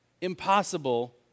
impossible